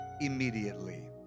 Immediately